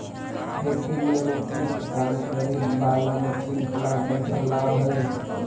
खेती में रोपनी के काम करे वाला मशीन प्लांटर कहलावऽ हई